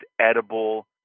edible